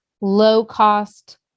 low-cost